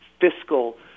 fiscal